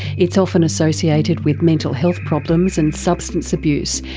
it's often associated with mental health problems and substance abuse,